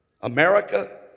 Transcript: America